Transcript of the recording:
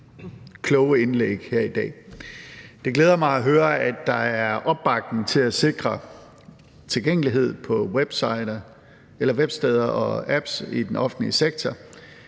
kloge indlæg her i dag. Det glæder mig at høre, at der er opbakning til at sikre tilgængelighed på websteder og apps i den offentlige sektor.